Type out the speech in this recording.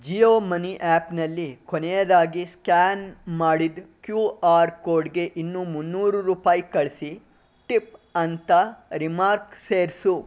Jio money ಆ್ಯಪ್ನಲ್ಲಿ ಕೊನೆಯದಾಗಿ scan ಮಾಡಿದ ಕ್ಯೂ ಆರ್ ಕೋಡ್ಗೆ ಇನ್ನು ಮುನ್ನೂರು ರೂಪಾಯಿ ಕಳಿಸಿ ಟಿಪ್ ಅಂತ ರಿಮಾರ್ಕ್ ಸೇರಿಸು